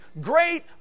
great